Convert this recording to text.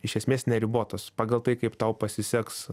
iš esmės neribotas pagal tai kaip tau pasiseks